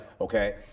okay